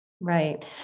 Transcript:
Right